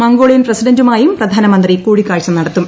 Mongolian പ്രസിഡന്റുമായും പ്രധാനമന്ത്രി കൂടിക്കാഴ്ച നടത്തും